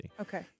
Okay